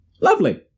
Lovely